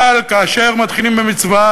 אבל כאשר מתחילים במצווה,